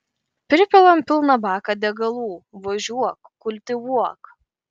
pripilam pilną baką degalų važiuok kultivuok